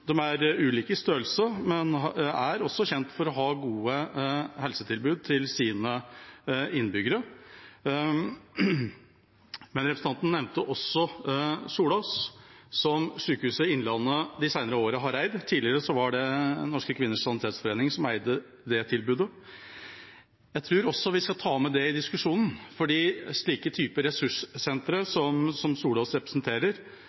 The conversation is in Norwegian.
er ulike i størrelse, men er også kjent for å ha gode helsetilbud til sine innbyggere. Men representanten nevnte også Solås, som Sykehuset Innlandet de senere årene har eid. Tidligere var det Norske Kvinners Sanitetsforening som eide det tilbudet. Jeg tror vi skal ta med det også i diskusjonen, for slike ressurssentre som Solås representerer,